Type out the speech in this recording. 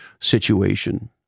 situation